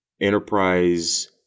enterprise